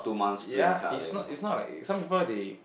ya is not is not like some people they